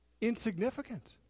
insignificant